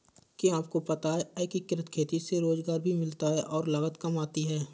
क्या आपको पता है एकीकृत खेती से रोजगार भी मिलता है और लागत काम आती है?